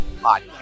podcast